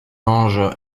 ange